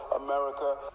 america